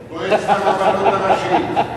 את מועצת הרבנות הראשית.